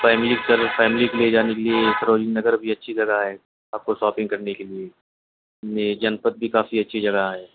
family سر family کے لے جانے کے لیے سروجنی نگر بھی اچھی جگہ ہے آپ کو شاپنگ کرنے کے لیے جی جنپت بھی کافی اچھی جگہ ہے